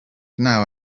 now